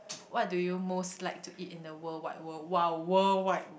what do you most like to eat in the worldwide world !wow! worldwide